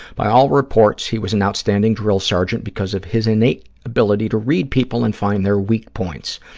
by all reports, he was an outstanding drill sergeant because of his innate ability to read people and find their weak points.